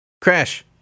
Crash